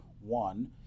one